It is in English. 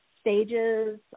stages